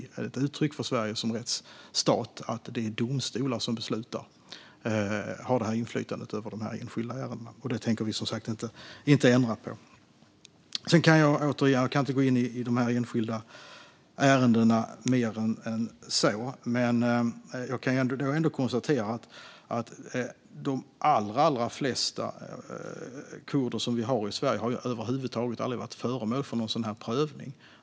Det är ett uttryck för Sverige som rättsstat att det är domstolar som beslutar och har inflytandet över de enskilda ärendena, och det tänker vi inte ändra på. Jag kan inte gå in i de enskilda ärendena mer än så, men jag kan ändå konstatera att de allra flesta kurder som finns i Sverige har över huvud taget aldrig varit föremål för en sådan prövning.